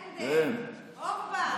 הנדל, אורבך?